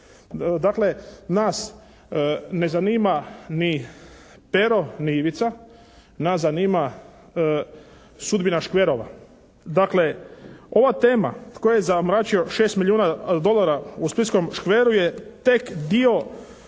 Dakle, nas ne zanima ni Pero ni Ivica, nas zanima sudbina škverova. Dakle, ova tema tko je zamračio 6 milijuna dolara u splitskom škveru je tek dio